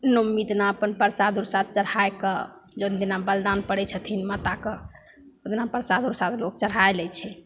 नओमी दिना अपन परसाद उरसाद चढ़ैके जोन दिना बलिदान पड़ै छथिन माताके ओहि दिना परसाद उरसाद लोक चढ़ै लै छै